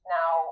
Now